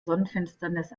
sonnenfinsternis